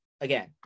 again